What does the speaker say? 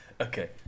Okay